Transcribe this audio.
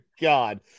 God